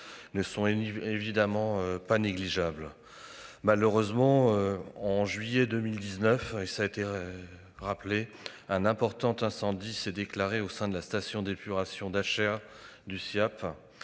ne sont. Évidemment pas négligeable. Malheureusement, en juillet 2019 et ça a été. Rappelé un important incendie s'est déclaré au sein de la station d'épuration d'Achères du Siaap.